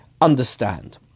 understand